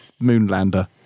Moonlander